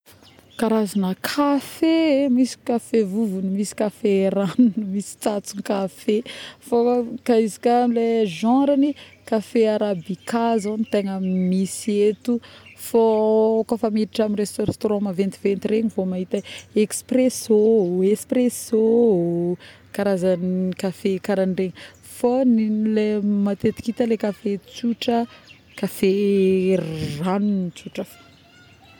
Karazagna kafe misy kafe vovogny, misy kafe ragnony misy tsatson-kafe fô ka izy ka le genre.aany kafe arabica zao no tegna misy eto fô kô fa miditra amina resto restaurant maventiventy regny vô maita expresso, espresso.oo karazgna kafe karaha ndregny fô ny le matetika ita le kafe tsotra, kafe ragnony tsotra.